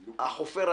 אושר.